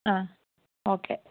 ആ ഓക്കെ